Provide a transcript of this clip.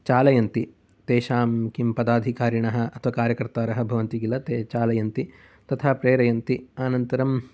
चालयन्ति तेषां किं पदाधिकारिणः कार्यकर्तारः भवन्ति किल ते चालयन्ति तथा प्रेरयन्ति अनन्तरं